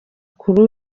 kuri